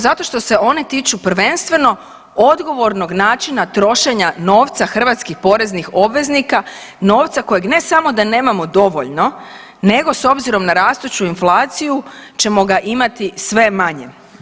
Zato što se one tiču prvenstveno odgovornog načina trošenja novca hrvatskih poreznih obveznika, novca kojeg ne samo da nemamo dovoljno, nego s obzirom na rastuću inflaciju ćemo ga imati sve manje.